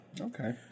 Okay